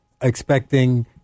expecting